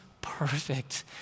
perfect